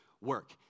work